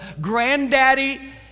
granddaddy